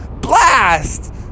Blast